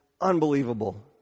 Unbelievable